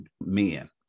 men